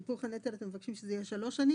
שהיפוך הנטל אתם מבקשים שזה יהיה בתום שלוש שנים?